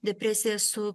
depresija su